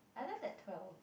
I left at twelve